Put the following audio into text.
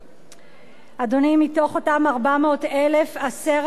אדוני, מתוך אותם 400,000, 10,000 איש